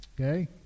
Okay